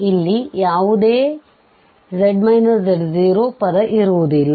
ಇಲ್ಲಿ ಯಾವುದೇ ಪದ ಇರುವುದಿಲ್ಲ